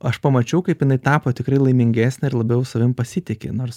aš pamačiau kaip jinai tapo tikrai laimingesne ir labiau savimi pasitiki nors